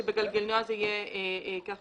שבגלגינוע זה יהיה כך